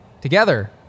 together